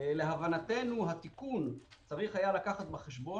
צריך לזכור